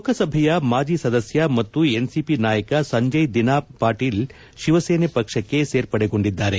ಲೋಕಸಭೆಯ ಮಾಜಿ ಸಂಸದ ಮತ್ತು ಎನ್ಸಿಪಿ ನಾಯಕ ಸಂಜಯ್ ದಿನಾ ಪಾಟೀಲ್ ಶಿವಸೇನೆ ಪಕ್ಷಕ್ಕೆ ಸೇರ್ಪಡೆಗೊಂಡಿದ್ದಾರೆ